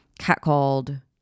catcalled